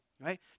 right